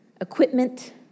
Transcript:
Equipment